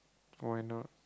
why not